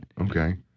Okay